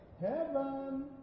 Heaven